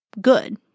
good